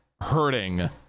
hurting